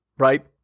right